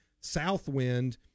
Southwind